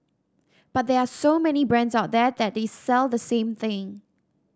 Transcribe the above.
but there are so many brands out there that sell the same thing